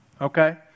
Okay